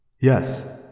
Yes